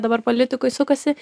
dabar politikoj sukasi